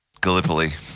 Gallipoli